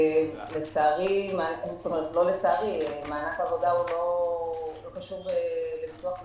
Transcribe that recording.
אבל אומר לך למה הם צריכים לתת את